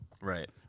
Right